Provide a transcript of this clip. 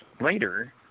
later